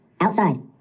outside